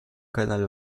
canal